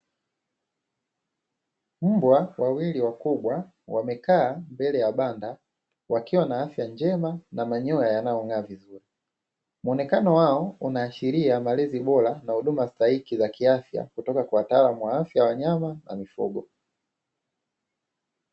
Mbwa wawili wakubwa wamekaa mbele ya banda wakiwa na afya njema na manyoya yanayong'aa vizuri, mwonekano wao unaashiria malezi bora na huduma stahiki za kiafya kutoka kwa wataalamu wa afya ya wanyama na mifugo.